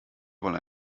wollen